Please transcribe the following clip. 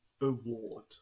award